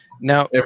Now